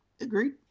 Agreed